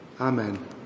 Amen